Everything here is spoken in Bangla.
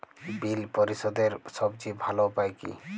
বিল পরিশোধের সবচেয়ে ভালো উপায় কী?